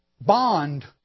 bond